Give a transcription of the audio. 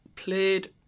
Played